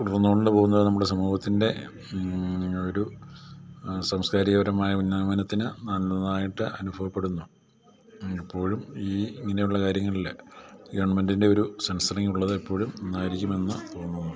തുടർന്നു കൊണ്ടു പോകുന്നത് നമ്മുടെ സമൂഹത്തിൻ്റെ ഒരു സാംസ്കാരികപരമായ ഉന്നമനത്തിന് നല്ലതായിട്ട് അനുഭവപ്പെടുന്നു ഇപ്പോഴും ഈ ഇങ്ങനെയുള്ള കാര്യങ്ങളിൽ ഗവൺമെൻറ്റിൻ്റെ ഒരു സെൻസറിങ് ഉള്ളത് എപ്പോഴും നന്നായിരിക്കുമെന്ന് തോന്നുന്നു